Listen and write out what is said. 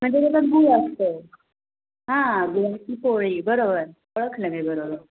म्हणजे त्याच्यात गुळ असतं हां गुळाची पोळी बरोबर ओळखलं मी बरोबर